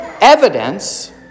evidence